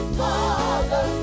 father